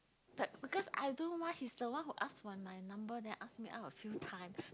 but because I don't know why he's the one who ask for my number then ask me out a few time